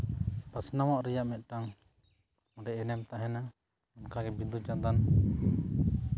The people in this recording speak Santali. ᱯᱟᱥᱱᱟᱣᱚᱜ ᱨᱮᱭᱟᱜ ᱢᱤᱫᱴᱟᱝ ᱚᱸᱰᱮ ᱮᱱᱮᱢ ᱛᱟᱦᱮᱱᱟ ᱚᱱᱠᱟ ᱜᱮ ᱵᱤᱸᱫᱩᱼᱪᱟᱸᱫᱟᱱ